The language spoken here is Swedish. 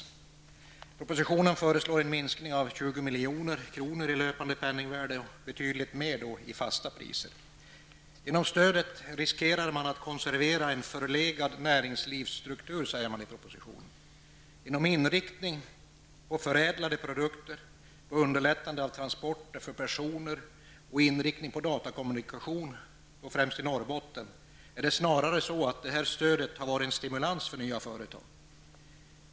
I propositionen föreslås en minskning med 20 milj.kr. i löpande penningvärde, alltså betydligt mer i fasta priser. Genom stödet riskerar man att konservera en förlegad näringslivsstruktur, heter det i propositionen. Genom inriktning på förädlade produkter, på underlättande av transporter för personer och inriktning på datakommunikation främst i Norrbotten är det snarare så att stödet är en stimulans för nya företag.